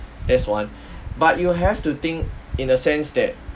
that's one but you have to think in a sense that